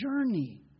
journey